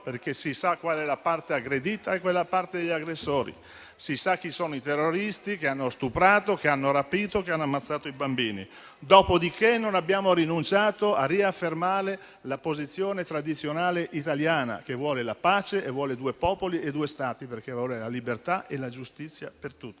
perché si sa qual è la parte aggredita e quale la parte degli aggressori, si sa chi sono i terroristi che hanno stuprato, che hanno rapito e ammazzato i bambini. Dopo di che non abbiamo rinunciato a riaffermare la posizione tradizionale italiana, che vuole la pace e vuole due popoli e due Stati, perché vuole la libertà e la giustizia per tutti.